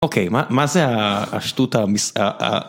אוקיי, מה זה השטות המס...